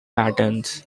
patterns